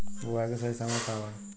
बुआई के सही समय का वा?